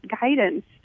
guidance